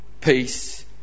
peace